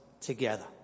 together